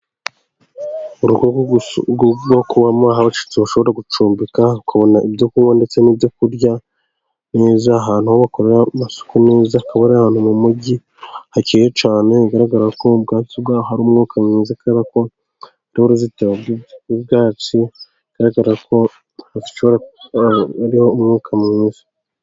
Urugo rwo kubamo, aho abashitsi bashobora gucumbika bakabona ibyo kunywa ndetse n'ibyo kurya neza ahantu ho bakorera amasuku neza . Hakaba ari ahantu mu mujyi hakeye cyane. Bigaragara ko ubwatsi bwaho hari umwuka mwiza kandi ko hari ubwatsi bigaragara ko hariho umwuka mwiza.